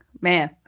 Man